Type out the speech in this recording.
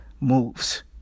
moves